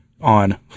on